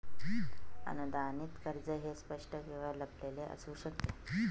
अनुदानित कर्ज हे स्पष्ट किंवा लपलेले असू शकते